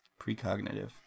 Precognitive